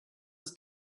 ist